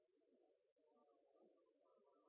å ha